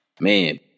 man